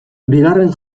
bigarren